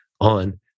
on